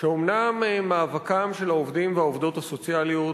שאומנם מאבקם של העובדים והעובדות הסוציאליים,